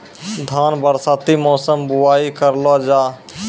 धान बरसाती मौसम बुवाई करलो जा?